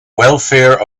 welfare